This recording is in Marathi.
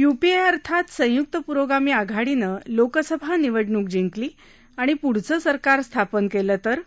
य्पीए अर्थात संयक्त प्रोगामी आघाडीनं लोकसभा निवडणूक जिंकली आणि पृढचं सरकार स्थापन केलं तर